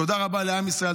תודה רבה לעם ישראל,